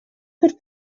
could